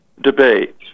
debate